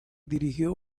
dirigió